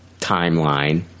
timeline